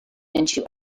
into